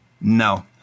No